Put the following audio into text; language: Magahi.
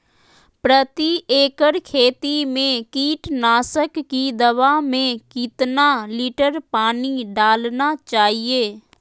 प्रति एकड़ खेती में कीटनाशक की दवा में कितना लीटर पानी डालना चाइए?